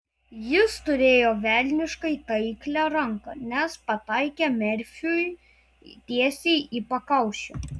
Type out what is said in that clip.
jis turėjo velniškai taiklią ranką nes pataikė merfiui tiesiai į pakaušį